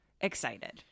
excited